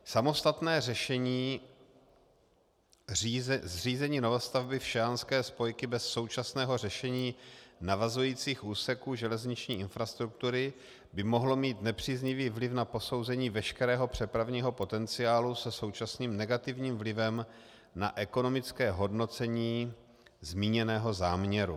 Samostatné řešení zřízení novostavby všejanské spojky bez současného řešení navazujících úseků železniční infrastruktury by mohlo mít nepříznivý vliv na posouzení veškerého přepravního potenciálu se současným negativním vlivem na ekonomické hodnocení zmíněného záměru.